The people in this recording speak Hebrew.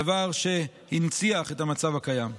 דבר שהנציח את המצב הקיים.